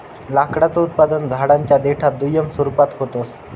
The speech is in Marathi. लाकडाचं उत्पादन झाडांच्या देठात दुय्यम स्वरूपात होत